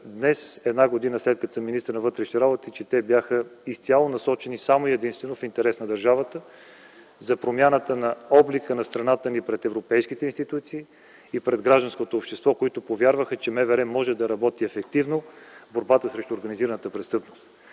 днес, една година, след като съм министър на вътрешните работи, че те бяха изцяло насочени само и единствено в интерес на държавата, за промяна на облика на страната ни пред европейските институции и пред гражданското общество, които повярваха, че МВР може да работи ефективно в борбата срещу организираната престъпност.